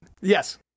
Yes